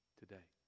today